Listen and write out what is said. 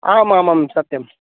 आम् आं सत्यम्